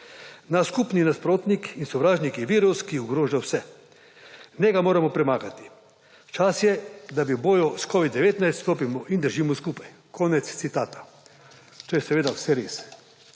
Naš skupni nasprotnik in sovražnik je virus, ki ogroža vse. Njega moramo premagati. Čas je, da v boju s covid-19 stopimo in držimo skupaj.« To je seveda vse res.